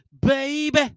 Baby